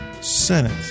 Senate